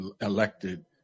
elected